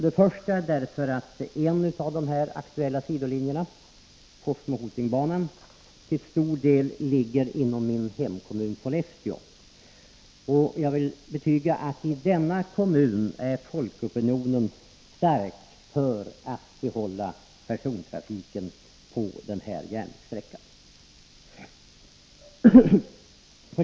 Det första är att en av de här aktuella sidolinjerna, Forsmo-Hoting-banan, till stor del ligger inom min hemkommun Sollefteå, och jag vill betyga att inom denna kommun är folkopinionen stark för att persontrafiken på den här järnvägssträckan skall bibehållas.